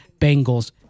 Bengals